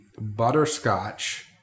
butterscotch